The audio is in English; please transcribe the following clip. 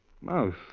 mouth